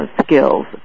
skills